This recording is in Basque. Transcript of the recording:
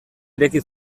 ireki